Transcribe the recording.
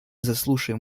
заслушаем